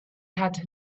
had